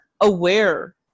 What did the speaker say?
aware